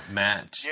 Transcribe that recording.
match